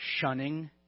shunning